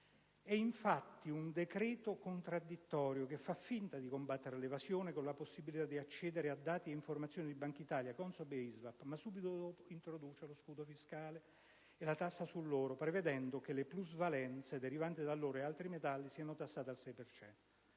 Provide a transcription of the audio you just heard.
È infatti un decreto contraddittorio, che fa finta di combattere l'evasione con la possibilità di accedere a dati e informazioni della Banca d'Italia, della CONSOB e dell'ISVAP, ma subito introduce lo scudo fiscale e la tassa sull'oro, prevedendo che le plusvalenze derivanti dall'oro e da altri metalli siano tassate al 6